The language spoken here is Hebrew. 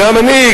זה המנהיג.